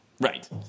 Right